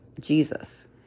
Jesus